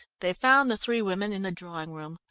they found the three women in the drawing-room.